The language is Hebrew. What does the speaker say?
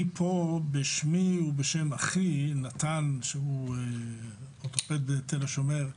אני פה בשמי ובשם אחי, נתן, שהוא עובד בתל השומר.